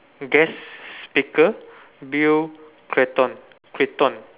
guest speaker Bill Clinton Clinton